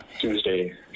Tuesday